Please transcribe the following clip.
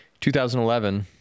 2011